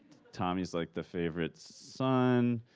tommy's like the favorite son.